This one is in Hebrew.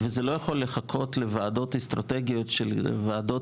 וזה לא יכול לחכות לוועדות אסטרטגיות של וועדות